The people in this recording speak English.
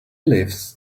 lives